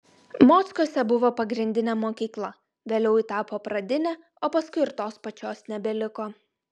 mockuose buvo pagrindinė mokykla vėliau ji tapo pradinė o paskui ir tos pačios nebeliko